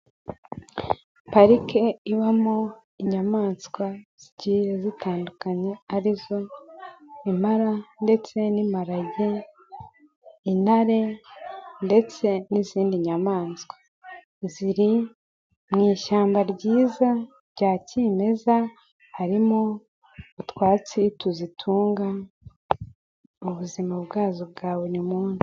Parike ibamo inyamaswa zigiye zitandukanye, arizo impara ndetse n'imparage, intare ndetse n'izindi nyamaswa. Ziri mu ishyamba ryiza rya kimeza, harimo utwatsi tuzitunga mu buzima bwazo bwa buri munsi.